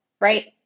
right